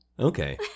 Okay